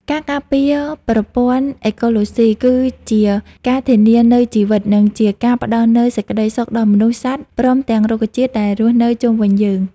ការការពារប្រព័ន្ធអេកូឡូស៊ីគឺជាការធានានូវជីវិត និងជាការផ្តល់នូវសេចក្តីសុខដល់មនុស្ស សត្វ ព្រមទាំងរុក្ខជាតិដែលរស់នៅជុំវិញយើង។